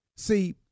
See